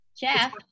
Jeff